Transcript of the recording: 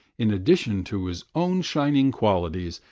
in addition to his own shining qualities,